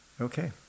Okay